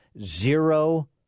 zero